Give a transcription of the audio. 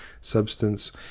substance